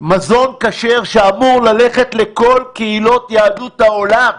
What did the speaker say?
מזון כשר שאמור ללכת לכל קהילות יהדות העולם.